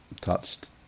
touched